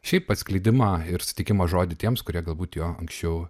šiaip atskleidimą ir sutikimą žodį tiems kurie galbūt jo anksčiau